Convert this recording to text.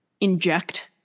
inject